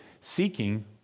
seeking